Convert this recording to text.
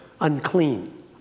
unclean